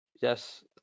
Yes